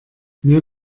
mir